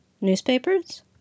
Newspapers